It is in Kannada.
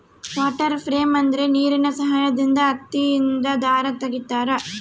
ವಾಟರ್ ಫ್ರೇಮ್ ಅಂದ್ರೆ ನೀರಿನ ಸಹಾಯದಿಂದ ಹತ್ತಿಯಿಂದ ದಾರ ತಗಿತಾರ